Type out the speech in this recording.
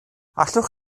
allwch